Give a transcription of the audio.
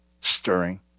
stirring